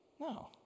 no